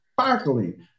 sparkling